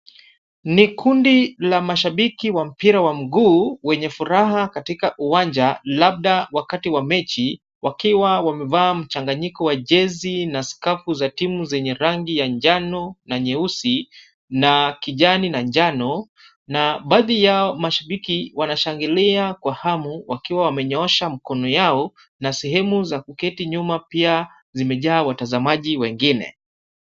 Ni kundi la mashabiki wa mpira wa mguu wenye furaha katika uwanja labda wakati wa mechi wakiwa wamevaa mchanganyiko wa jezi na skafu za timu zenye rangi ya njano na nyeusi na kijani na njano na baadhi yao mashabiki wanashangilia kwa hamu wakiwa wamenyoosha mikono yao na sehemu za kuketi nyuma pia zimejaa watazamaji wengine.